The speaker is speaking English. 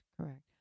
correct